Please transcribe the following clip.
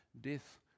death